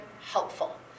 helpful